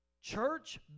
church